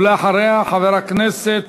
ואחריה, חבר הכנסת